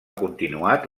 continuat